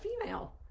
female